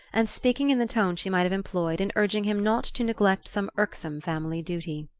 and speaking in the tone she might have employed in urging him not to neglect some irksome family duty.